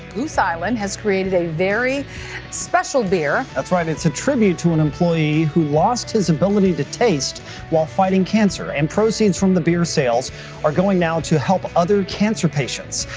goose island has created a very special beer. that's right, it's a tribute to an employee who lost his ability to taste while fighting cancer, and proceeds from the beer sales are going now to help other cancer patients.